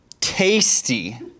Tasty